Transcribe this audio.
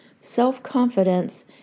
self-confidence